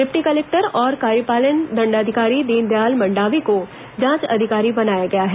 deputy collector और कार्यपालिक दंडाधिकारी दीनदयाल मंडावी को जांच अधिकारी बनाया गया है